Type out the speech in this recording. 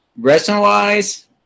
Wrestling-wise